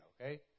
Okay